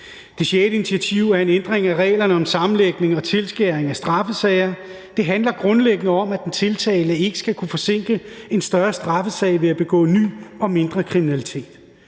Det sjette initiativ er en ændring af reglerne om sammenlægning og tilskæring af straffesager. Det handler grundlæggende om, at en tiltale for ny og mindre kriminalitet